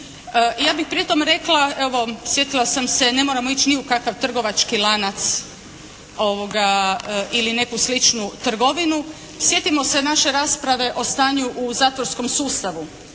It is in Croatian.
Ja bih pri tome rekla, sjetila sam se, ne moramo ići ni u kakav trgovački lanac ili neku sličnu trgovinu, sjetimo se naše rasprave o stanju u zatvorskom sustavu